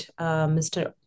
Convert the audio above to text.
Mr